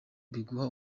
biguha